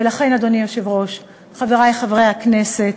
ולכן, אדוני היושב-ראש, חברי חברי הכנסת,